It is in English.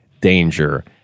danger